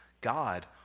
God